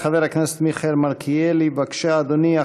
חבר הכנסת מיכאל מלכיאלי, בבקשה, אדוני.